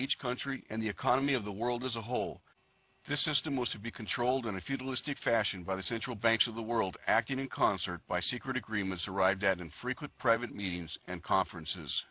each country and the economy of the world as a whole this system was to be controlled in a feudalistic fashion by the central banks of the world acting in concert by secret agreements arrived at infrequent private meetings and conferences